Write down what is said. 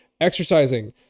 Exercising